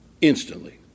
instantly